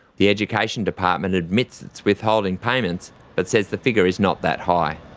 the education department admits its withholding payments but says the figure is not that high.